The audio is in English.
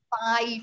five